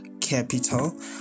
capital